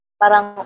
parang